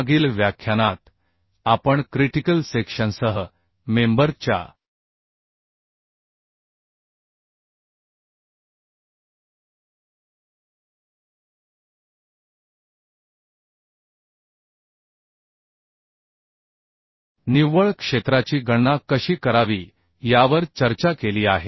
मागील व्याख्यानात आपण क्रिटिकल सेक्शनसह मेंबर च्या निव्वळ क्षेत्राची गणना कशी करावी यावर चर्चा केली आहे